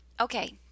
Okay